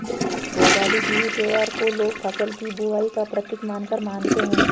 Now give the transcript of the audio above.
भोगाली बिहू त्योहार को लोग फ़सल की बुबाई का प्रतीक मानकर मानते हैं